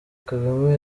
kagame